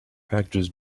packages